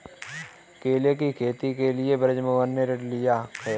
केले की खेती के लिए बृजमोहन ने ऋण लिया है